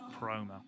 promo